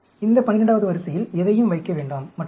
இந்த 12 வது வரிசையில் எதையும் வைக்க வேண்டாம் மற்றும் பல